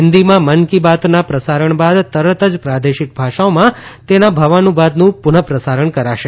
હિંદીમાં મન કી બાતના પ્રસારણ બાદ તરત જ પ્રાદેશિક ભાષાઓમાં તેના ભાવાનુવાદનું પુનઃપ્રસારણ કરાશે